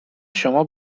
شما